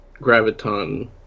Graviton